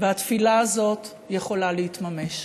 והתפילה הזאת יכולה להתממש.